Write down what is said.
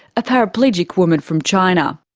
a paraplegic woman from china.